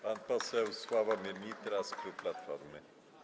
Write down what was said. Pan poseł Sławomir Nitras, klub Platformy.